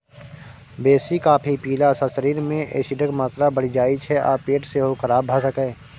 बेसी कॉफी पीला सँ शरीर मे एसिडक मात्रा बढ़ि जाइ छै आ पेट सेहो खराब भ सकैए